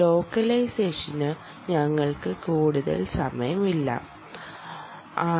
ലോക്കലൈസേഷന് ഞങ്ങൾക്ക് കൂടുതൽ സമയമില്ല ആർ